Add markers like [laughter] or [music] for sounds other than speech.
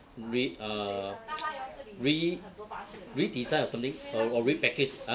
re~ uh [noise] re~ re-design or something or or re-package ah